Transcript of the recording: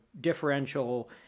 differential